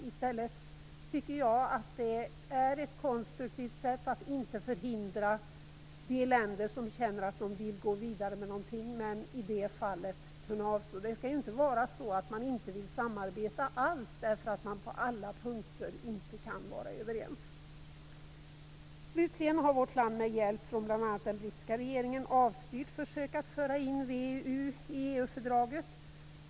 I stället tycker jag att det är ett konstruktivt sätt att inte hindra de länder som känner att de vill gå vidare med något samtidigt som man kan avstå själv. Det skall ju inte vara så att man inte vill samarbeta alls därför att man inte är överens på alla punkter. Slutligen har vårt land, med hjälp från bl.a. den brittiska regeringen, avstyrt försök att föra in VEU i EU-fördraget.